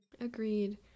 Agreed